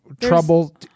trouble